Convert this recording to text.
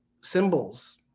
symbols